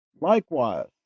Likewise